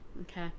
Okay